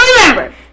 remember